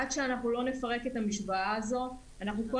עד שלא נפרק את המשוואה הזאת אנחנו כל